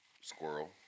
squirrel